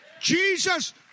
Jesus